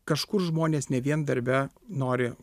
kažkur žmonės ne vien darbe nori